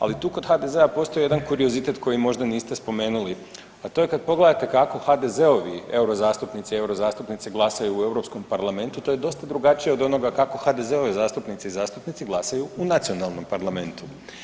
Ali tu kod HDZ-a postoji jedan kuriozitet koji možda niste spomenuli, a to je kada pogledate kako HDZ-ovi euro zastupnici i euro zastupnice glasaju u Europskom parlamentu to je dosta drugačije od onoga kako HDZ-ove zastupnice i zastupnici glasaju u nacionalnom parlamentu.